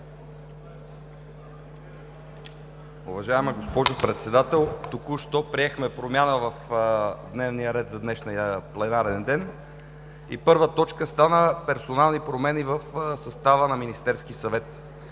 Уважаема госпожо Председател! Току-що приехме промяна в дневния ред за днешния пленарен ден и точка 1 стана: Персонални промени в състава на Министерския съвет.